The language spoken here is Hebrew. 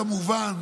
כמובן,